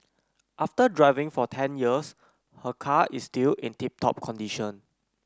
after driving for ten years her car is still in tip top condition